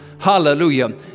Hallelujah